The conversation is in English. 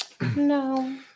No